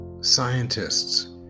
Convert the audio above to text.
scientists